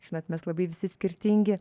žinot mes labai visi skirtingi